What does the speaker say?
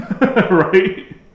right